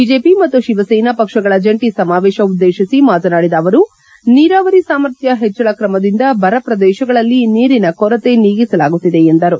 BJP ಮತ್ತು ಶಿವಸೇನಾ ಪಕ್ಷಗಳ ಜಂಟಿ ಸಮಾವೇಶ ಉದ್ದೇಶಿಸಿ ಮಾತನಾಡಿದ ಅವರು ನೀರಾವರಿ ಸಾಮರ್ಥ್ಯ ಹೆಚ್ಚಳ ಕ್ರಮದಿಂದ ಬರ ಪ್ರದೇಶಗಳಲ್ಲಿ ನೀರಿನ ಕೊರತೆ ನೀಗಿಸಲಾಗುತ್ತಿದೆ ಎಂದರು